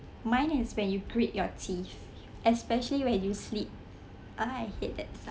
mine is when you grit your teeth especially when you sleep I hate that sound